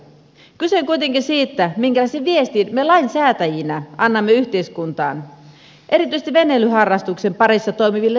kyse on kuitenkin siitä minkälaisen viestin me lainsäätäjinä annamme yhteiskuntaan erityisesti veneilyharrastuksen parissa toimivilla nuorille